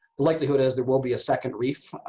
the likelihood is there will be a second reef.